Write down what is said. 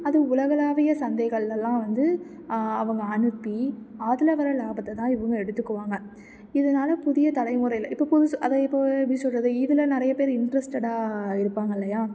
அது உலகளாவிய சந்தைகள்லெல்லாம் வந்து அவங்க அனுப்பி அதில் வர லாபத்தை தான் இவங்க எடுத்துக்குவாங்க இதனால் புதிய தலைமுறையில் இப்போ புதுசாக அதுதான் இப்போ எப்படி சொல்கிறது இதில் நிறைய பேர் இண்ட்ரெஸ்ட்டடாக இருப்பாங்க இல்லையா